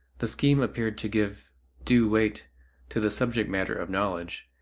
the scheme appeared to give due weight to the subject matter of knowledge,